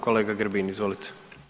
Kolega Grbin, izvolite.